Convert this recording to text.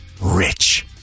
rich